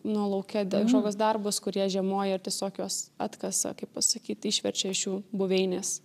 nu lauke kažkokius darbus kur jie žiemoja ir tiesiog juos atkasa kaip pasakyt išverčia iš jų buveinės